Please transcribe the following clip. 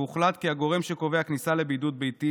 והוחלט כי הגורם שקובע כניסה לבידוד ביתי